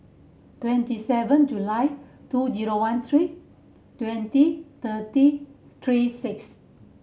twenty seven July two zero one three twenty thirty three six